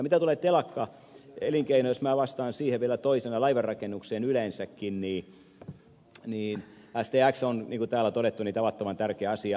mitä tulee telakkaelinkeinoon jos minä vastaan siihen vielä toisena laivanrakennukseen yleensäkin stx on niin kuin täällä on todettu tavattoman tärkeä asia